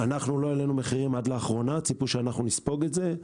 לא העלינו מחירים עד לאחרונה, ציפו שנספוג את זה.